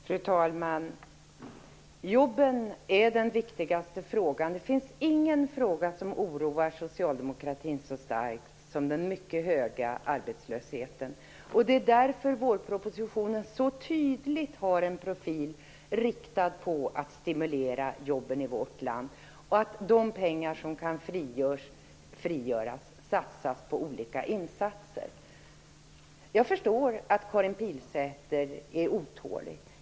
Fru talman! Jobben är den viktigaste frågan. Det finns ingen fråga som oroar socialdemokratin så starkt som den mycket höga arbetslösheten. Därför har vårpropositionen en tydlig profil, inriktad på att stimulera jobben i vårt land, och de pengar som kan frigöras används för olika insatser. Jag förstår att Karin Pilsäter är otålig.